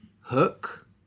Hook